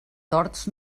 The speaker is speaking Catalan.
tords